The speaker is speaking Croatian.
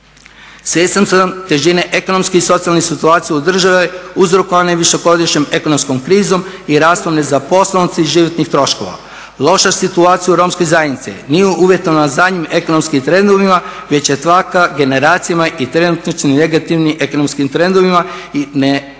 Svjestan sam težine ekonomske i socijalne situacije u državi uzrokovane višegodišnjom ekonomskom krizom i rastom nezaposlenosti i životnih troškova. Loša situacija u romskoj zajednici nije uvjetovana zadnjim ekonomskim trendovima već je takva generacijama i trenutačnim negativnim ekonomskim trendovima i ne mogu i